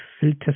filter